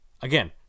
Again